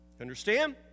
Understand